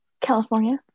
california